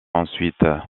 ensuite